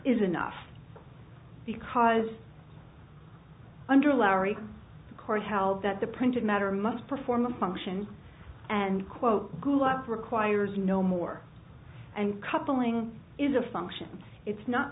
is enough because under larry the court held that the printed matter must perform a function and quote glue up requires no more and coupling is a function it's not